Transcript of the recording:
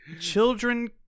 children